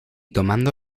tomando